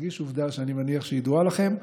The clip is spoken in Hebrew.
מדגיש עובדה שאני מניח שידועה לכם,